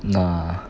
nah